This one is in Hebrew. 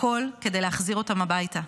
הכול כדי להחזיר אותם הביתה.